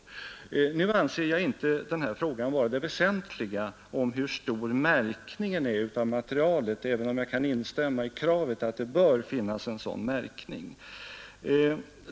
Jag anser inte att det är en väsentlig fråga hur omfattande märkningen av materialet är. även om jag kan instämma i kravet att det bör finnas en sådan märkning.